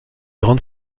grande